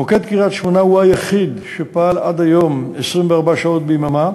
מוקד קריית-שמונה הוא היחיד שפעל עד היום 24 שעות ביממה,